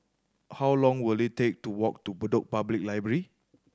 how long will it take to walk to Bedok Public Library